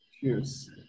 Cheers